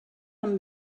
amb